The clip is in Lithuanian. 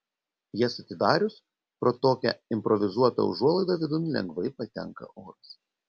jas atidarius pro tokią improvizuotą užuolaidą vidun lengvai patenka oras